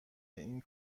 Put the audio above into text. این